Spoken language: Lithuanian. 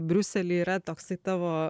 briusely yra toksai tavo